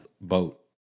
boat